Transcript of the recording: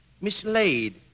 mislaid